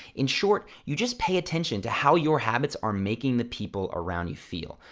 in short, you just pay attention to how your habits are making the people around you feel.